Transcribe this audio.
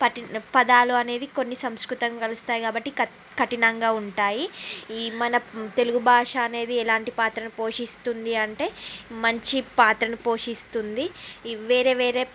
కఠి పదాలు అనేవి కొన్ని సంస్కృతం కలుస్తాయి కాబట్టి కఠి కఠినంగా ఉంటాయి ఈ మన తెలుగు భాష అనేది ఎలాంటి పాత్ర పోషిస్తుంది అంటే మంచి పాత్రను పోషిస్తుంది వేరే వేరే